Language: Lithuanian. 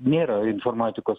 nėra informatikos